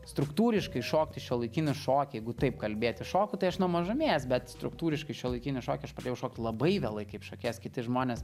struktūriškai šokti šiuolaikinį šokį jeigu taip kalbėti šoku tai aš nuo mažumės bet struktūriškai šiuolaikinį šokį aš pradėjau šokti labai vėlai kaip šokėjas kiti žmonės